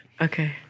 okay